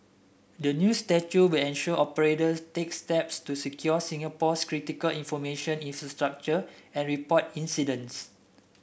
the new statute will ensure operators take steps to secure Singapore's critical information infrastructure and report incidents